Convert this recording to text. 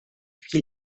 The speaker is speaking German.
viel